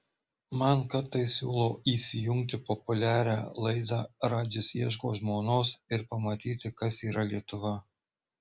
man kartais siūlo įsijungti populiarią laidą radžis ieško žmonos ir pamatyti kas yra lietuva